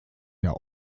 der